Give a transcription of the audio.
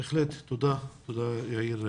בהחלט, תודה, יאיר.